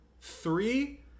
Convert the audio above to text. three